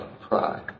pride